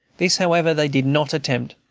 this, however, they did not attempt,